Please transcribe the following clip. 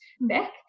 Beck